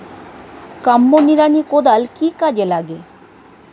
Combo নিড়ানি কোদাল কি কাজে লাগে?